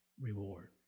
reward